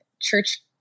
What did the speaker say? church